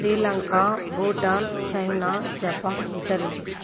Sri Lanka Bhutan China Japan Italy